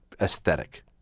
aesthetic